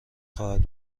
خواهد